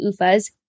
UFAs